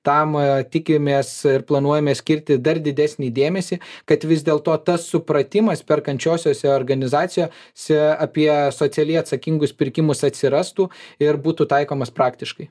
tam tikimės ir planuojame skirti dar didesnį dėmesį kad vis dėl to tas supratimas perkančiosiose organizacijose apie socialiai atsakingus pirkimus atsirastų ir būtų taikomas praktiškai